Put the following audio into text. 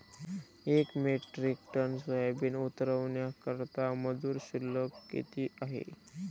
एक metric ton soybean उतरवण्याकरता मजूर शुल्क किती आहे?